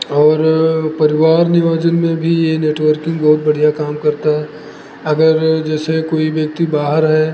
और परिवार नियोजन में भी ये नेटवर्किंग बढ़िया काम करता है अगर जैसे कोई व्यक्ति बाहर है